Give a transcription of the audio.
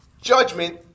judgment